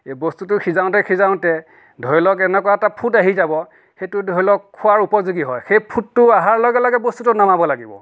বস্তুটো সিজাওতে সিজাওতে ধৰি লওক এনেকুৱা এটা ফুট আহি যাব সেইটো ধৰি লওক খোৱাৰ উপযোগী হয় সেই ফুটতো অহাৰ লগে লগে বস্তুটো নমাব লাগিব